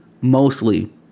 mostly